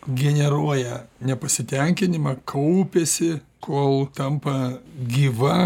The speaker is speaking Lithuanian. generuoja nepasitenkinimą kaupiasi kol tampa gyva